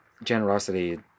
generosity